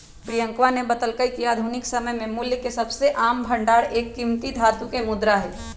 प्रियंकवा ने बतल्ल कय कि आधुनिक समय में मूल्य के सबसे आम भंडार एक कीमती धातु के मुद्रा हई